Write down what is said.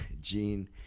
Gene